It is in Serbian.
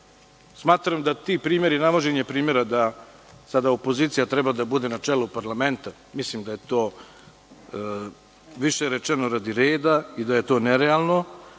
smatram da ti primeri, naloženje primera da sada opozicija treba da bude na čelu parlamenta, mislim da je to više rečeno radi reda i da je to nerealno,